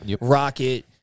Rocket